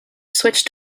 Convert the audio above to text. switched